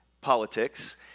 politics